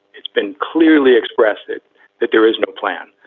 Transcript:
it's been clearly expressed that that there is no plan.